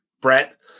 Brett